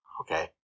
okay